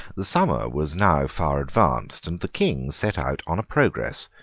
the summer was now far advanced and the king set out on a progress,